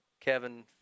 Kevin